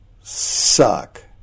suck